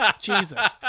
Jesus